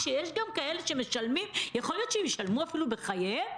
כשיש גם כאלה שיכול להיות שהם ישלמו אפילו בחייהם?